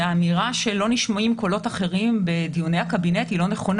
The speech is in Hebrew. שהאמירה שלא נשמעים קולות אחרים בדיוני הקבינט היא לא נכונה.